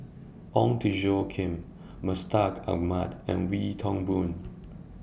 Ong Tjoe Kim Mustaq Ahmad and Wee Toon Boon